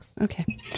Okay